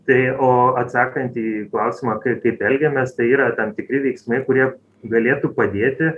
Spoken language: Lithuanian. tai o atsakant į klausimą kai kaip elgiamės tai yra tam tikri veiksmai kurie galėtų padėti